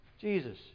Jesus